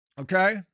okay